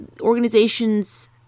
organizations